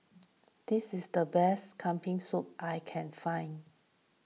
this is the best Kambing Soup I can find